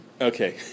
Okay